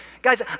Guys